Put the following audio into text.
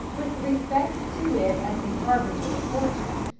with respect to it as the harbinger of fortune.